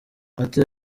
ariko